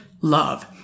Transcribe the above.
love